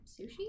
sushi